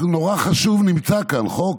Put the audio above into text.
חוק